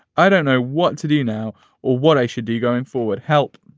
i don't know what to do now or what i should do going forward. help